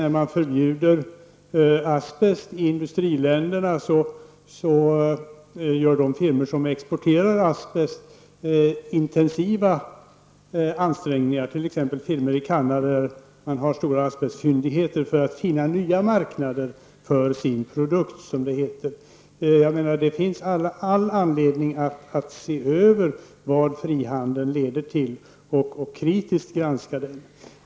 När man förbjuder asbest i industriländerna gör de firmor som exporterar asbest -- t.ex. firmor i Canada, där man har stora asbestfyndigheter -- intensiva ansträngningar för att finna nya marknader för sin produkt, som det heter. Det finns därför all anledning att se över vad frihandel leder till och kritiskt granska den.